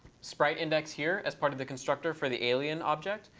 sprite index here as part of the constructor for the alien object.